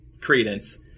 Credence